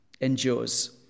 endures